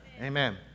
Amen